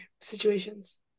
situations